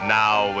now